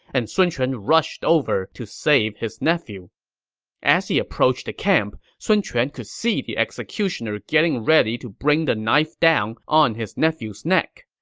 and sun quan rushed over to save his nephew as he approached the camp, sun quan could see the executioner getting ready to bring the knife down on his nephew's neck.